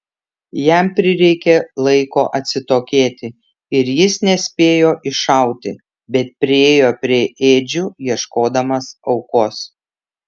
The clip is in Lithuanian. jam prireikė laiko atsitokėti ir jis nespėjo iššauti bet priėjo prie ėdžių ieškodamas aukos